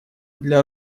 для